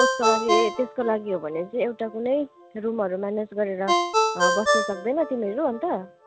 उसको लागि ए त्यसको लागि हो भने चाहिँ एउटा कुनै रुमहरू म्यानेज गरेर बस्नु सक्दैन तिमीहरू अन्त